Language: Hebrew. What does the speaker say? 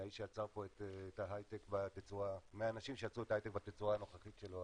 מהאנשים שיצרו את ההייטק בתצורה הנוכחית שלו.